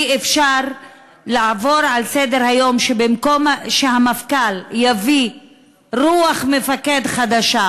אי-אפשר לעבור לסדר-היום על זה שבמקום שהמפכ"ל יביא רוח מפקד חדשה,